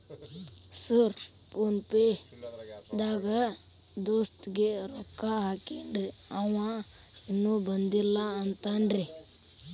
Sir PhonePe ದಾಗ ದೋಸ್ತ್ ಗೆ ರೊಕ್ಕಾ ಹಾಕೇನ್ರಿ ಅಂವ ಇನ್ನು ಬಂದಿಲ್ಲಾ ಅಂತಾನ್ರೇ?